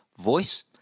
voice